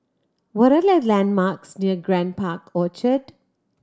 what are the landmarks near Grand Park Orchard